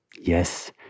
Yes